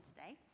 Today